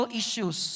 issues